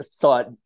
thought